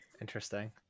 Interesting